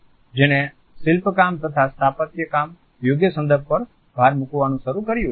જેને શિલ્પકામ તથા સ્થાપત્યકામ યોગ્ય સંદર્ભ પર ભાર મૂકવાનું શરૂ કર્યું છે